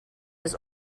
his